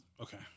okay